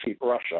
Russia